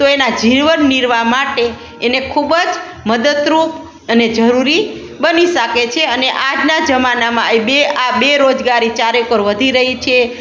તો એના જીવનનિર્વાહ માટે એને ખૂબ જ મદદરૂપ અને જરૂરી બને શકે છે અને આજના જમાનામાં એ બે આ બે રોજગારી ચારે કોર વધી રહી છે